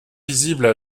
visibles